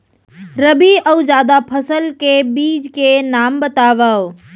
रबि अऊ जादा फसल के बीज के नाम बताव?